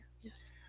Yes